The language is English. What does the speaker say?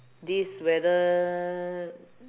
this whether